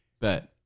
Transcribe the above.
bet